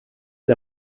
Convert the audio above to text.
est